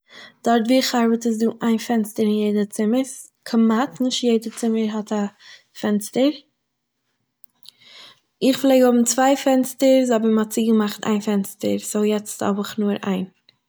דארט וואו איך ארבעט איז דא איין פענסטער אין יעדע צימערס, כמעט, נישט יעדע צימער האט א פענסטער. איך פלעג האבן צוויי פענסטערס, אבער מ'האט צוגעמאכט איין פענסטער סו, יעצט האב איך נאר איין